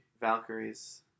Valkyries